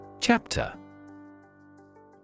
Chapter